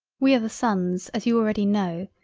we are the sons as you already know,